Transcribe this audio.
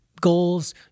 goals